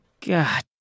God